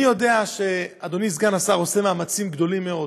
אני יודע שאדוני סגן השר עושה מאמצים גדולים מאוד,